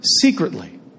secretly